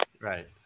Right